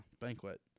banquet